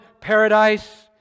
paradise